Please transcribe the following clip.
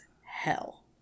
hell